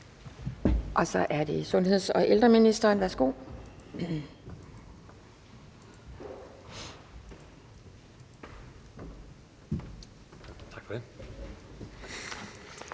Så er det sundheds- og ældreministeren. Kl.